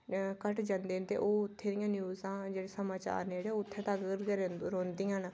घट्ट चलदे ते ओह् उत्थें दियां न्यूज़ां समाचार न जेह्ड़े ते ओह् उत्थें तक्क गै रौहंदियां न